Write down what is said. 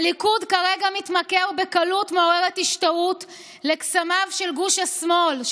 הליכוד כרגע מתמכר בקלות מעוררת השתאות לקסמיו של גוש השמאל,